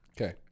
Okay